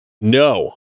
No